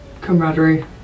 camaraderie